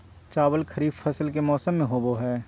चावल खरीफ फसल के मौसम में होबो हइ